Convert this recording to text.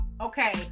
okay